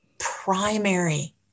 primary